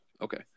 Okay